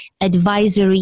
advisory